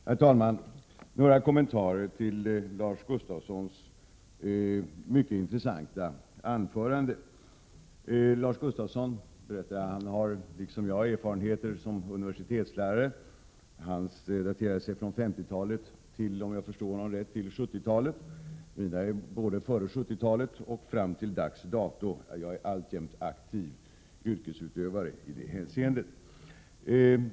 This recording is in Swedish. sKÖkGNNdRAg Herr talman! Jag vill göra några kommentarer till Lars Gustafsson mycket intressanta anförande. Lars Gustafsson har, som han berättade, liksom jag erfarenhet av arbete som universitetslärare. Hans erfarenheter daterar sig från 50-talet och, om jag förstått honom rätt, fram till 70-talet. Mina daterar sig från tiden före 70-talet och fram till dags dato. Jag är alltså alltjämt aktiv yrkesutövare i detta hänseende.